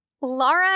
Laura